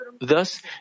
Thus